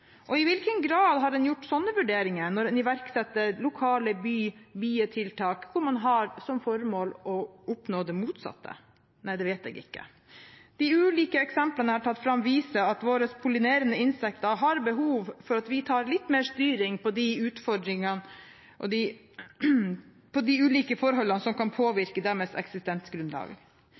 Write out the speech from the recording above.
til. I hvilken grad har en gjort sånne vurderinger når en iverksetter lokale bybietiltak – når en har som formål å oppnå det motsatte? Nei, det vet jeg ikke. De ulike eksemplene jeg har tatt fram, viser at våre pollinerende insekter har behov for at vi tar litt mer styring over de utfordringene og de ulike forholdene som kan påvirke deres